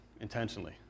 intentionally